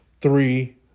three